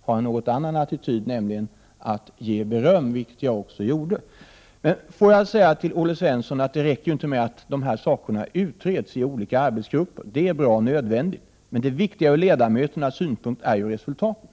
ha en annan attityd, nämligen att ge beröm, vilket jag också gjorde. Får jag säga till Olle Svensson att det räcker inte med att dessa saker utreds i olika arbetsgrupper. Det är bra och nödvändigt, men det viktiga från ledamöternas synpunkt är ju resultaten.